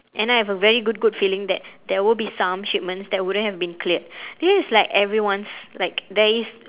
and I have a very good good feeling that there would be some shipment that wouldn't have been cleared this is like everyone's like there is